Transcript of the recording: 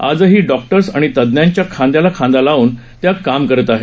आजही डॉक्टर्स आणि तज्ञांच्या खांद्याला खांदा लावून त्या काम करत आहेत